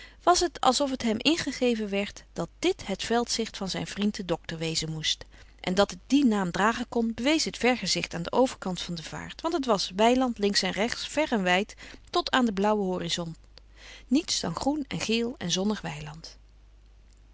was het als of t hem ingegeven werd dat dit het veldzicht van zijn vriend den dokter wezen moest en dat het dien naam dragen kon bewees het vergezicht aan den overkant van de vaart want het was weiland links en rechts ver en wijd tot aan den blauwen horizont niets dan groen en geel en zonnig weiland